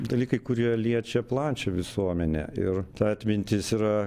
dalykai kurie liečia plačią visuomenę ir ta atmintis yra